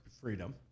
freedom